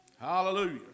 Hallelujah